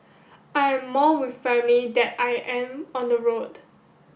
I am more with family than I am on the road